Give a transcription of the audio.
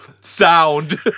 Sound